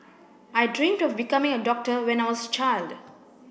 I dream of becoming a doctor when I was a child